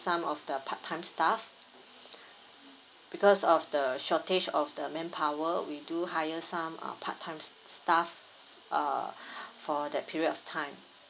some of the part time staff because of the shortage of the manpower we do hire some uh part time staff uh for that period of time